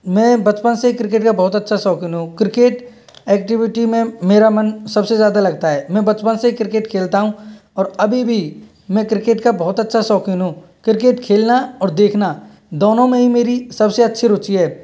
मैं बचपन से ही क्रिकेट का बहुत अच्छा शौक़ीन हूँ क्रिकेट ऐक्टिविटी में मेरा मन सबसे ज़्यादा लगता है मैं बचपन से ही क्रिकेट खेलता हूँ और अभी भी मैं क्रिकेट का बहुत अच्छा शौक़ीन हूँ क्रिकेट खेलना और देखना दोनों में ही मेरी सबसे अच्छी रुचि है